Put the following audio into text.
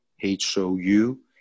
H-O-U